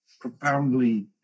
profoundly